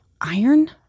iron